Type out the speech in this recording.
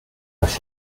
rush